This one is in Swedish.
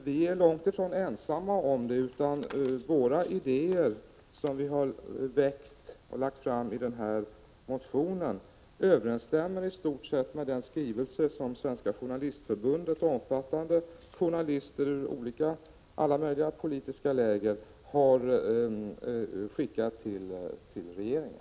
Vi är långt ifrån ensamma om detta ställningstagande, utan de idéer som vi har lagt fram i motionen överensstämmer i stort sett med innehållet i den skrivelse som Svenska journalistförbundet, omfattande journalister ur alla möjliga politiska läger, har skickat till regeringen.